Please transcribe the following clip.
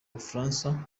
bufaransa